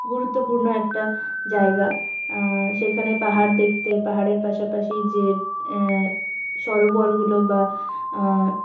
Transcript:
গুরুত্বপূর্ণ একটা জায়গা সেখানে পাহাড় দেখতে পাহাড়ের পাশাপাশি যে সরোবরগুলো বা